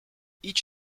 each